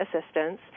assistance